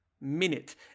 minute